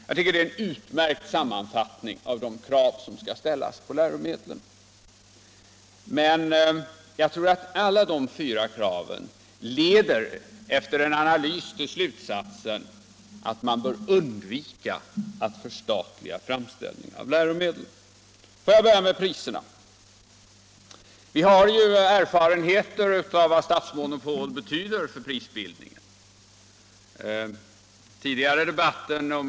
Jag tycker att det är en utmärkt sammanfattning av de krav som skall ställas på läromedlen, men jag anser att alla de fyra kraven efter en analys leder fram till slutsatsen att man bör undvika att förstatliga framställningen av läromedel. Låt mig börja med priserna. Vi har erfarenheter av vad ett statsmonopol betyder för prisbildningen.